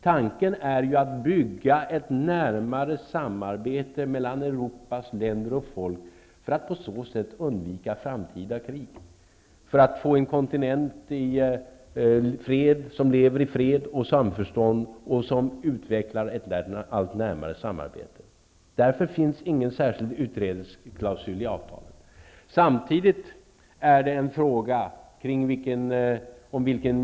Tanken är att bygga ett närmare samarbete mellan Europas länder och folk för att på så sätt undvika krig i framtiden. Man vill ha en kontinent som lever i fred och samförstånd och utvecklar ett allt närmare samarbete. Därför finns ingen särskild utträdesklausul i avtalet.